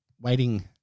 waiting